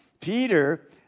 Peter